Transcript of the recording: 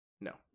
No